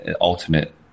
ultimate